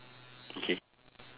okay